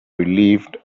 relieved